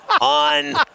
on